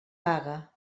paga